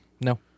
No